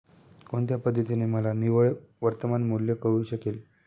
कोणत्या पद्धतीने मला निव्वळ वर्तमान मूल्य कळू शकेल?